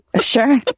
Sure